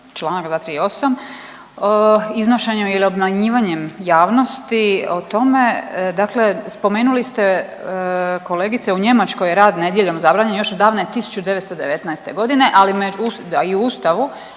članak 238. iznošenjem ili obmanjivanjem javnosti o tome dakle spomenuli ste kolegice u Njemačkoj je rad nedjeljom zabranjen još od davne 1919. godine. Da i u Ustavu.